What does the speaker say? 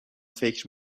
فکر